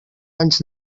anys